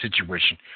situation